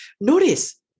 Notice